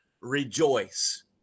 rejoice